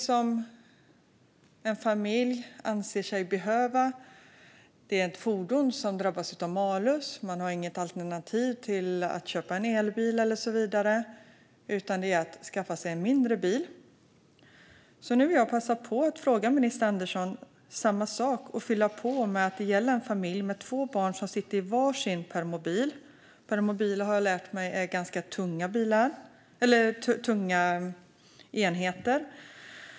För en familj som anser sig behöva köpa ett fordon som drabbas av malus är det inget alternativ att köpa till exempel en elbil. Alternativet är att skaffa sig en mindre bil. Nu vill jag passa på att fråga minister Andersson samma sak och fylla på med att det gäller en familj med två barn som sitter i var sin permobil. Permobiler, har jag lärt mig, är ganska tunga enheter.